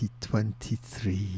2023